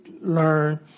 learn